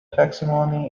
taxonomy